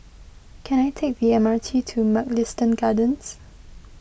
can I take the M R T to Mugliston Gardens